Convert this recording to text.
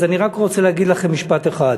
אני רק רוצה להגיד לכם משפט אחד.